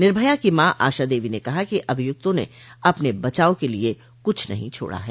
निर्भया की मॉ आशा देवी ने कहा कि अभियुक्तों ने अपने बचाव के लिए कुछ नहीं छोड़ा है